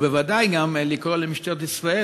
ובוודאי גם לקרוא למשטרת ישראל,